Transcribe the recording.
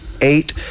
eight